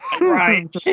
Right